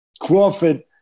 Crawford